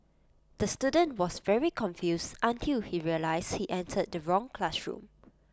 the student was very confused until he realised he entered the wrong classroom